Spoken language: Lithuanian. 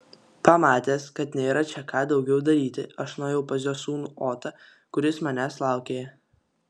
pamatęs kad nėra čia ką daugiau daryti aš nuėjau pas jo sūnų otą kuris manęs laukė